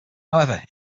however